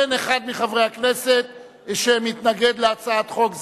אין אחד מחברי הכנסת שמתנגד להצעת חוק זו,